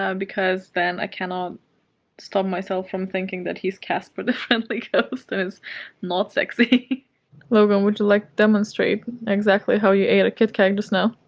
um because then i cannot stop myself from thinking that he's casper the friendly ghost. and it's not sexy logan, would you like to demonstrate exactly how you ate a kit-kat just now?